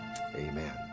Amen